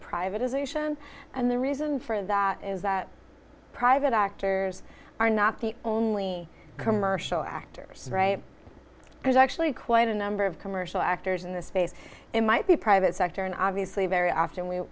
privatization and the reason for that is that private actors are not the only commercial actors there's actually quite a number of commercial actors in this space it might be private sector and obviously very often w